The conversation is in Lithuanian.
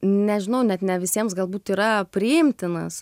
nežinau net ne visiems galbūt yra priimtinas